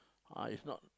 ah if not